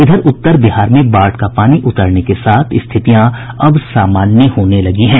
इधर उत्तर बिहार में बाढ़ का पानी उतरने के साथ स्थितियां अब सामान्य होने लगी हैं